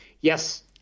Yes